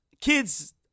kids